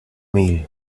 mail